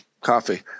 coffee